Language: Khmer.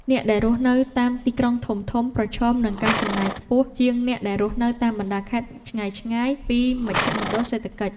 អ្នកដែលរស់នៅតាមទីក្រុងធំៗប្រឈមនឹងការចំណាយខ្ពស់ជាងអ្នកដែលរស់នៅតាមបណ្តាខេត្តឆ្ងាយៗពីមជ្ឈមណ្ឌលសេដ្ឋកិច្ច។